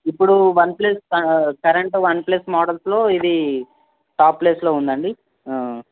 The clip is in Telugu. ఇప్పుడు వన్ప్లస్ కరెంట్ వన్ప్లస్ మోడల్స్లో ఇది టాప్ ప్లేస్లో ఉందండి